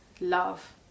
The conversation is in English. love